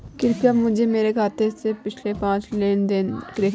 कृपया मुझे मेरे खाते से पिछले पाँच लेन देन दिखाएं